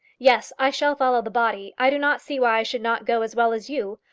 yes i shall follow the body. i do not see why i should not go as well as you.